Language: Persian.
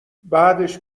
بعدش